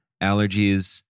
allergies